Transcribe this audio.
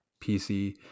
pc